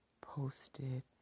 posted